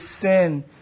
sin